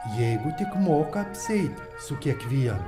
jeigu tik moka apsieit su kiekvienu